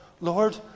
Lord